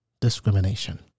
discrimination